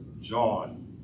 John